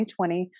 2020